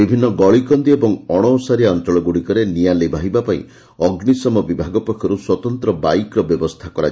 ବିଭିନ୍ନ ଗଳିକନ୍ଦି ଏବଂ ଅଣଓସାରିଆ ଅଞଳ ଗୁଡ଼ିକରେ ନିଆଁ ଲିଭାଇବା ପାଇଁ ଅଗ୍ରିଶମ ବିଭାଗ ପକ୍ଷରୁ ସ୍ୱତନ୍ତ ବାଇକ୍ର ବ୍ୟବସ୍ରୁ